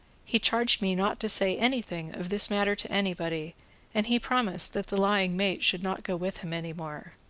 he charged me not to say any thing of this matter to any body and he promised that the lying mate should not go with him any more.